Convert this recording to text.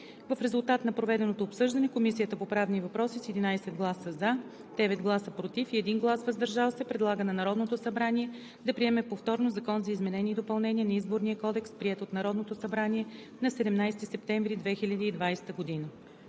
В резултат на проведеното обсъждане Комисията по правни въпроси с 11 гласа „за“, 9 гласа „против“ и 1 глас „въздържал се“ предлага на Народното събрание да приеме повторно Закона за изменение и допълнение на Изборния кодекс, приет от Народното събрание на 17 септември 2020 г.“